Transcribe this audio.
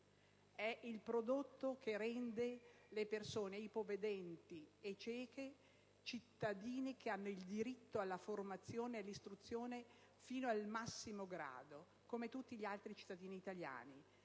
è il prodotto che rende le persone ipovedenti e cieche cittadini che hanno il diritto alla formazione e all'istruzione fino al massimo grado, come tutti gli altri cittadini italiani.